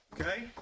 Okay